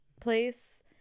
place